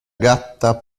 gatta